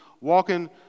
walking